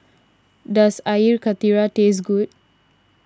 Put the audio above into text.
does Air Karthira taste good